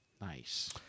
Nice